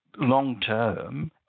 long-term